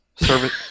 Service